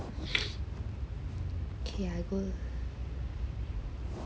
K I go